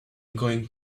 going